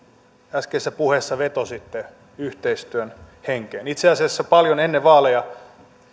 äskeisessä puheessa vetositte yhteistyön henkeen itse asiassa paljon ennen vaaleja